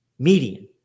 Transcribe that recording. Median